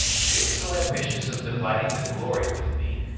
he is so ambitious of dividing the glory with me,